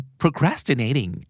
procrastinating